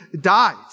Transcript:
died